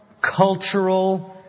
cultural